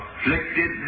afflicted